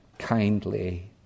kindly